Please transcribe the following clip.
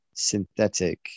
synthetic